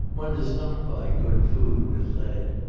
one does not buy good food with lead.